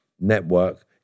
network